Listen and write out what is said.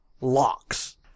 locks